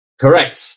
Correct